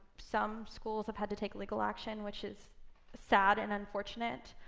some schools have had to take legal action, which is sad and unfortunate.